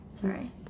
Sorry